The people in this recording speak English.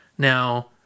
Now